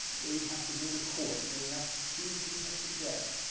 they have to go to court, they have to sue people for debt,